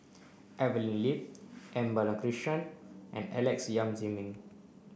Evelyn Lip M Balakrishnan and Alex Yam Ziming